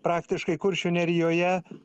praktiškai kuršių nerijoje